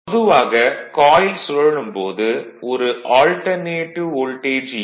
பொதுவாக காயில் சுழலும் போது ஒரு ஆல்டர்னேடிவ் வோல்டேஜ் ஈ